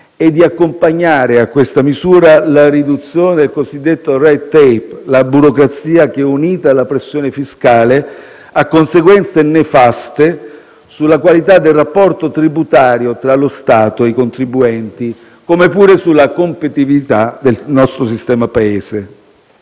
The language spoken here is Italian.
e di accompagnare a questa misura la riduzione del cosiddetto *red tape*: la burocrazia che, unita alla pressione fiscale, ha conseguenze nefaste sulla qualità del rapporto tributario tra lo Stato e i contribuenti, come pure sulla competitività del nostro Paese.